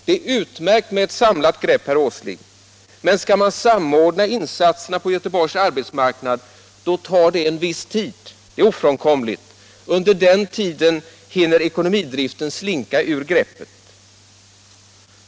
Det är utmärkt med ett samlat grepp, herr Åsling, men skall man samordna insatserna på Göteborgs arbetsmarknad är det ofrånkomligt att det tar en viss tid. Under den tiden hinner ekonomidriften slinka — Nr 104 ur greppet.